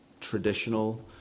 traditional